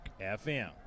FM